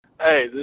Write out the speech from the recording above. Hey